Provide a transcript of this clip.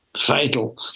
fatal